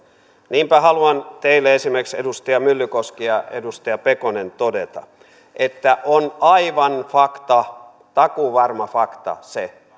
niinpä haluan teille esimerkiksi edustaja myllykoski ja edustaja pekonen todeta että on aivan fakta takuuvarma fakta se